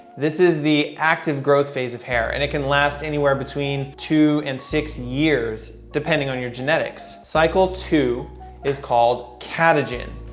this is the active growth phase of hair and it can last anywhere between two and six years depending on your genetics. cycle two is called catagen.